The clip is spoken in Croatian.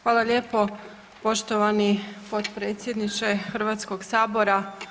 Hvala lijepo poštovani potpredsjedniče Hrvatskog sabora.